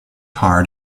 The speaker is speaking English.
hard